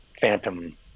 phantom